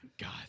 God